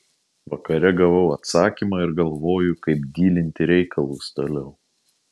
vakare gavau atsakymą ir galvoju kaip dylinti reikalus toliau